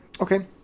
Okay